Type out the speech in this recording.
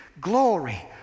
glory